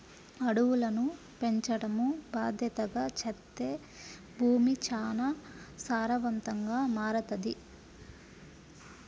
అడవులను పెంచడం బాద్దెతగా చేత్తే భూమి చానా సారవంతంగా మారతది